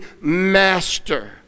master